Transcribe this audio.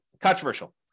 controversial